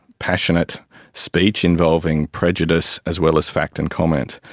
passionate speech involving prejudice as well as fact and comment.